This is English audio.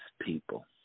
people